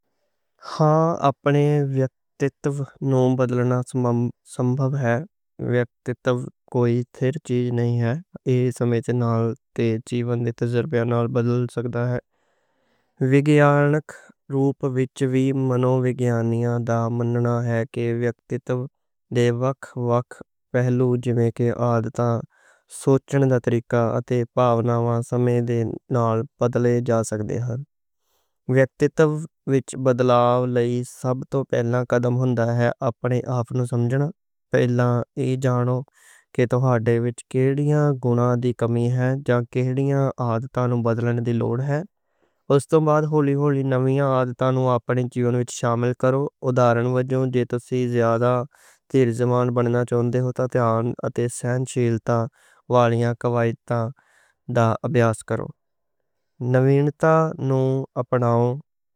ہاں، ویکتتو نوں بدلنا ممکن ہے۔ ویکتتو کوئی ٹھیک نہیں جے۔ سمے دے نال تے جیون دے تجربیاں نال بدل سکدا ہے۔ وگیانک روپ وچ وی منو وگیانیاں دا مننا ہے کہ ویکتتو دے وکھ وکھ پہلو، جیویں کہ عادتاں، سوچن طریقہ تے بھاوناں، سمے دے نال بدلے جا سکتے ہن۔ ویکتتو وچ بدلاو لئی سب توں پہلاں قدم ہوندا ہے اپنے آپ نوں سمجھنا۔ پہلاں ایہہ جانوں کہ توہاڈے وچ کیڑیاں گناں دی کمی ہن جا کیڑیاں عادتاں نوں بدلن دی لوڑ ہے۔ اس توں بعد ہولی ہولی نویاں عادتاں نوں اپنے جیون وچ شامل کرو، نویاں نوں اپناؤ۔